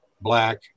black